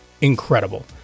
incredible